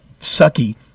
sucky